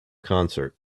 concert